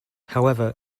however